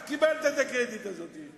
אז קיבלת את הקרדיט הזה.